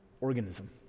organism